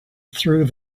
through